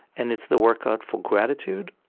and it's the workout for gratitude.